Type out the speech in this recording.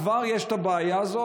כבר יש את הבעיה הזו,